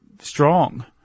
strong